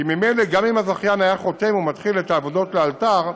כי ממילא גם אם הזכיין היה חותם ומתחיל את העבודות לאלתר,